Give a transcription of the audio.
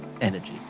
energy